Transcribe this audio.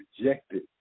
rejected